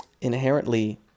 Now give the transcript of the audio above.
inherently